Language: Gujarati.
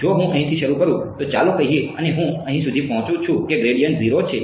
જો હું અહીંથી શરૂ કરું તો ચાલો કહીએ અને હું અહીં સુધી પહોંચું છું કે ગ્રેડિયન્ટ 0 છે